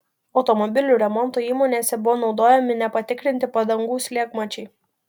automobilių remonto įmonėse buvo naudojami nepatikrinti padangų slėgmačiai